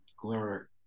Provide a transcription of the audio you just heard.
glitter